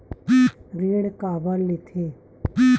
ऋण काबर लेथे?